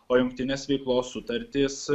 o jungtinės veiklos sutartis